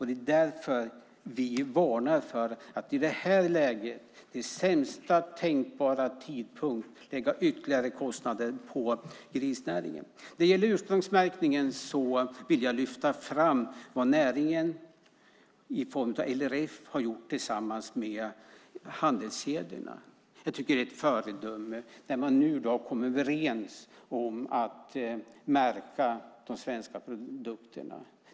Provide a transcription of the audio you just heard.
Det är därför vi varnar för att i detta läge, vid sämsta tänkbara tidpunkt, lägga ytterligare kostnader på grisnäringen. När det gäller ursprungsmärkningen vill jag lyfta fram vad näringen i form av LRF har gjort tillsammans med handelskedjorna. Jag tycker att det är ett föredöme när man nu har kommit överens om att märka de svenska produkterna.